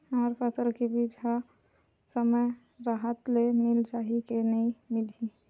हमर फसल के बीज ह समय राहत ले मिल जाही के नी मिलही?